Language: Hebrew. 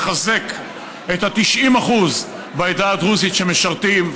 לחזק את ה-90% בעדה הדרוזית שמשרתים,